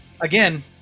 again